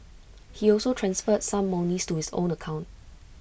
he also transferred some monies to his own account